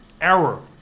error